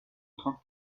trente